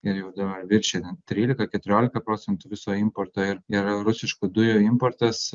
ir jau dabar viršija net trylika keturiolika procentų viso importo ir yra rusiškų dujų importas